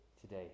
today